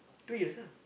two years ah